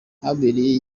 habereye